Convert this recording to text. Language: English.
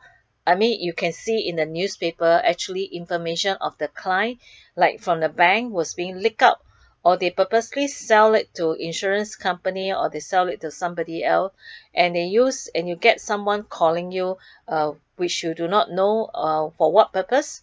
I mean you can see in the newspaper actually information of the client like form the bank was being leaked out or they purposely sell it to insurance company or they sell it to somebody else and they use and you get someone calling you uh which you do not know uh for what purpose